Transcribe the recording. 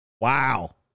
wow